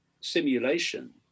simulation